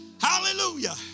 Hallelujah